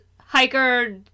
hiker